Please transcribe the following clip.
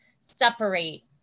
separate